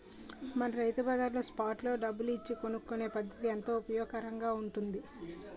మన రైతు బజార్లో స్పాట్ లో డబ్బులు ఇచ్చి కొనుక్కునే పద్దతి ఎంతో ఉపయోగకరంగా ఉంటుంది